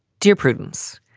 dear prudence,